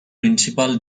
principal